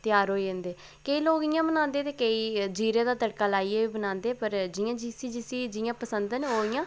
त्यार होई जंदे केईं लोक इ'यां बनांदे ते केईं जीरे दा तड़का लाइयै बी बनांदे पर जि'यां जिसी जिसी जि'यां पसंद ऐ ना ओह् इ'यां